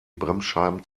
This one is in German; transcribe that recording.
bremsscheiben